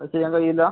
അത് ചെയ്യാൻ കഴിയില്ലേ